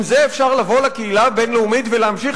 עם זה אפשר לבוא לקהילה הבין-לאומית ולהמשיך